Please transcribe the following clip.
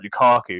Lukaku